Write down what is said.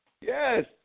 Yes